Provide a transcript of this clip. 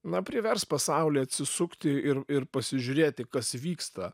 na privers pasaulį atsisukti ir ir pasižiūrėti kas vyksta